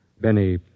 Benny